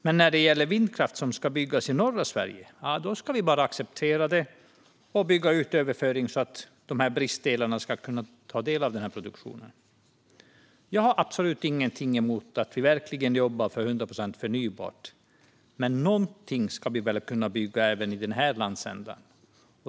Men när det handlar om vindkraft som ska byggas i norra Sverige ska vi bara acceptera det och bygga ut överföringen så att bristdelarna ska kunna ta del av produktionen. Jag har absolut inget emot att vi verkligen jobbar för 100 procent förnybart, men någonting ska vi väl kunna bygga även i den här landsändan!